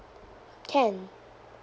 can